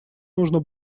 нужно